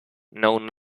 known